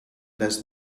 does